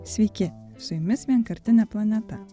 sveiki su jumis vienkartinė planeta